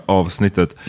avsnittet